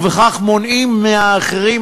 ובכך מונעים מהאחרים,